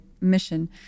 mission